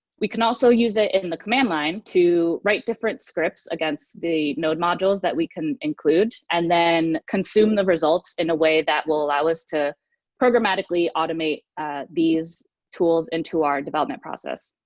we can also use it in the command line to write different scripts against the node modules that we can include, and then consume the results in a way that will allow us to programmatically automate these tools into our development process.